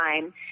time